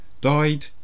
died